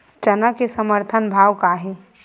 चना के समर्थन भाव का हे?